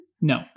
No